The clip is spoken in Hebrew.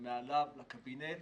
ומעליו לקבינט